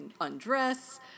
undress